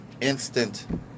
instant